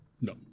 No